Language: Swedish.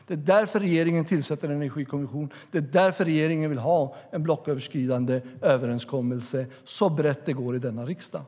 Det är därför regeringen tillsätter en energikommission och vill ha en så bred blocköverskridande överenskommelse som möjligt i denna riksdag.